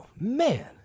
Man